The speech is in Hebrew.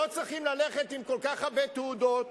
שלא צריכים ללכת עם כל כך הרבה תעודות,